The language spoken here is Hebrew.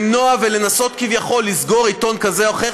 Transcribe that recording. למנוע ולנסות כביכול לסגור עיתון כזה או אחר?